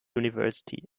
university